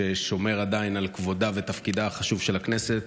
שעדיין שומר על כבודה ותפקידה החשוב של הכנסת